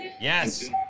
Yes